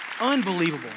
unbelievable